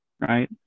right